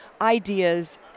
ideas